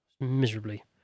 Miserably